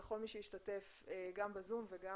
לכל מי שהשתתף גם ב-זום,